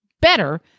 better